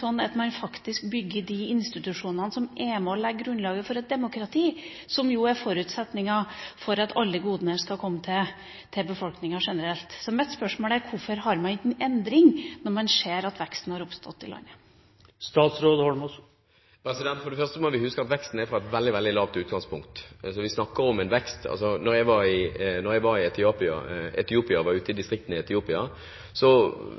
sånn at man faktisk bygger de institusjonene som er med og legger grunnlaget for et demokrati, som jo er forutsetninga for at alle godene skal komme ut til befolkninga generelt? Så mitt spørsmål er: Hvorfor gjør man ikke en endring når man ser at veksten har oppstått i landet? For det første må vi huske at veksten har et veldig, veldig lavt utgangspunkt. Da jeg var ute i